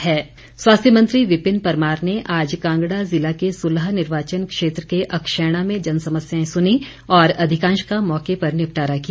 विपिन परमार स्वास्थ्य मंत्री विपिन परमार ने आज कांगड़ा ज़िला के सुलह निर्वाचन क्षेत्र के अक्षैणा में जनसमस्याएं सुनीं और अधिकांश का मौके पर निपटारा किया